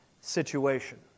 situation